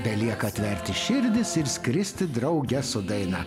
belieka atverti širdis ir skristi drauge su daina